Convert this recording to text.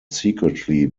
secretly